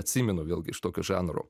atsimenu vėlgi iš tokio žanro